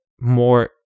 more